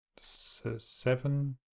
Seven